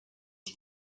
die